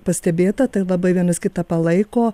pastebėta tai labai vienas kitą palaiko